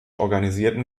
organisierten